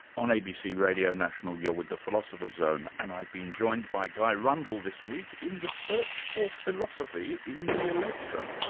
on abc radio national, you're with the philosopher's zone and i've been joined by guy rundle this week in the search for philosophy in the election.